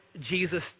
Jesus